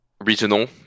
regional